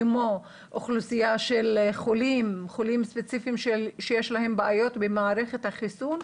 כמו אוכלוסיית החולים שיש להם במערכת החיסון,